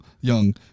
Young